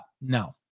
no